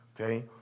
Okay